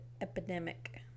epidemic